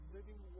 Living